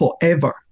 forever